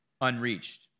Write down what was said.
unreached